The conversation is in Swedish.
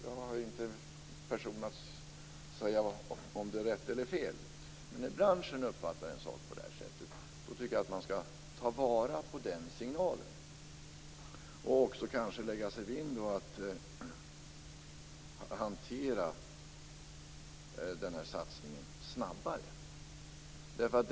Jag kan inte avgöra om det är rätt eller fel, men när branschen uppfattar en sak på det här sättet tycker jag att man skall ta vara på signalen och lägga sig vinn om att hantera satsningen snabbare.